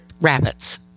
rabbits